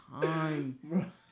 time